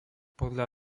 podľa